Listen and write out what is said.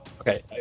Okay